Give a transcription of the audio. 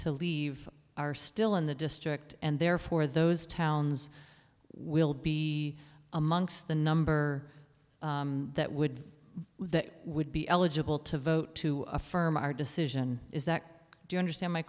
to leave are still in the district and therefore those towns will be amongst the number that would that would be eligible to vote to affirm our decision is that do you understand my